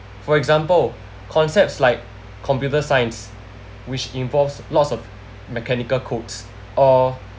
for example concepts like computer science which involves lots of mechanical codes or